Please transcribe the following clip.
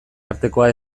artekoa